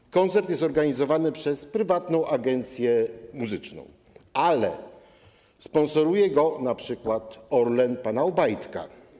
Jego koncert jest organizowany przez prywatną agencję muzyczną, ale sponsoruje go np. Orlen pana Obajtka.